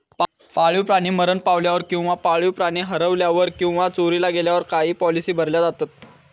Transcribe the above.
पाळीव प्राणी मरण पावल्यावर किंवा पाळीव प्राणी हरवल्यावर किंवा चोरीला गेल्यावर काही पॉलिसी भरल्या जातत